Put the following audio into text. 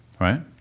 right